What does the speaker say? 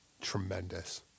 tremendous